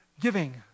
giving